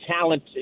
talent